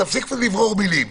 תפסיק לברור מילים,